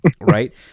Right